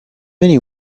many